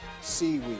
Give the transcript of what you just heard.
seaweed